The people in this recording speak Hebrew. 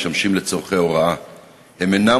השאלה היא בנושא